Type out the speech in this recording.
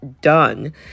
done